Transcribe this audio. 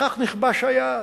וכך נכבש היעד.